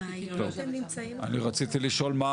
אני חושבת שזה המדינה צריכה.